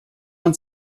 man